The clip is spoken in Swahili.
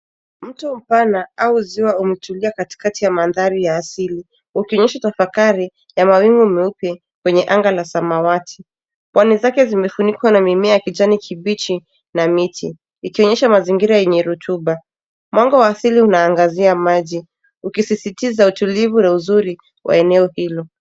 Mto mpana au ziwa, umetulia katikati ya mandhari ya asili, ukionyesha tafakari ya mawingu meupe, kwenye anga la samawati. Pwani zake zimefunikwa na mimea ya kijani kibichi na miti, ikionyesha mazingira yenye rutuba. Mwanga wa asili unaangazia maji, ukisisitiza utulivu na uzuri wa eneo hilo.